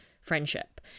friendship